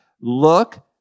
Look